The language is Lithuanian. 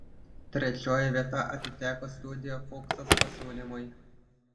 trečioji vieta atiteko studio fuksas pasiūlymui